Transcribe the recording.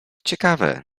ciekawe